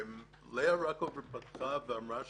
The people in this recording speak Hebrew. לאה רקובר פתחה ואמרה,